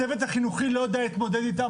הצוות החינוכי לא יודע להתמודד איתם,